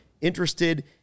interested